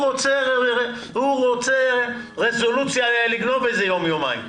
המשרד רוצה לגנוב איזה יום-יומיים.